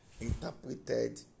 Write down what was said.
interpreted